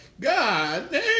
God